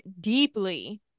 deeply